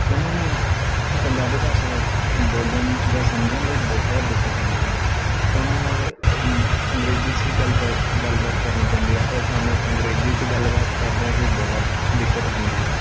ਉਹਨਾਂ ਨੂੰ ਪੰਜਾਬੀ ਭਾਸ਼ਾ ਬੋਲਣ ਜਾਂ ਸਮਝਣ ਲਈ ਬਹੁਤ ਦਿੱਕਤ ਆਉਂਦੀ ਆ ਤਾਂ ਉਹਨਾਂ ਨਾਲ ਅੰਗਰੇਜ਼ੀ 'ਚ ਹੀ ਗੱਲਬਾ ਗੱਲਬਾਤ ਕਰਨੀ ਪੈਂਦੀ ਹੈ ਔਰ ਸਾਨੂੰ ਅੰਗਰੇਜ਼ੀ 'ਚ ਗੱਲਬਾਤ ਕਰਦਿਆਂ ਹੀ ਬਹੁਤ ਦਿੱਕਤ ਹੁੰਦੀ ਹੈ